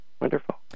wonderful